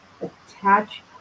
attach